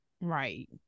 Right